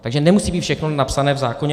Takže nemusí být všechno napsané v zákoně.